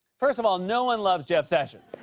first of all, no one loves jeff sessions.